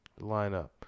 lineup